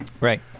Right